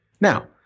Now